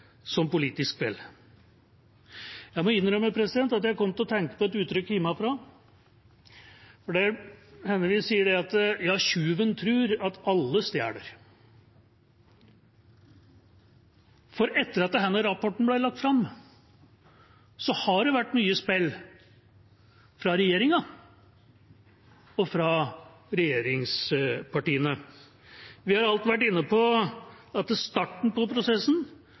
politisk spill. Jeg må innrømme at jeg kom til å tenke på et uttrykk hjemmefra, det hender vi sier at «tyven tror at alle stjeler», for etter at denne rapporten ble lagt fram, har det vært mye spill – fra regjeringa og fra regjeringspartiene. Vi har alt vært inne på at starten på prosessen